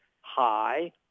high